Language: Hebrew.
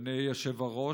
אדוני היושב-ראש,